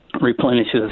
replenishes